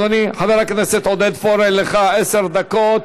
חבר הכנסת עודד פורר, לרשותך עשר דקות.